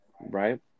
right